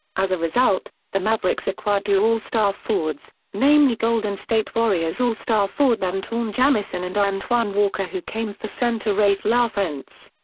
as a result, the mavericks acquired two all-star forwards, namely golden state warriors all-star forward antawn jamison and antoine walker who came for center raef lafrentz.